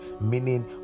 Meaning